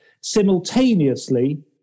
Simultaneously